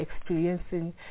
experiencing